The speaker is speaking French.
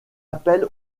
appel